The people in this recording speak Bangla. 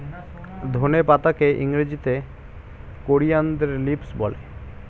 ধনে পাতাকে ইংরেজিতে কোরিয়ানদার লিভস বলে